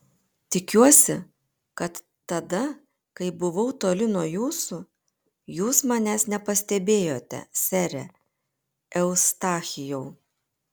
tikiuosi kad tada kai buvau toli nuo jūsų jūs manęs nepastebėjote sere eustachijau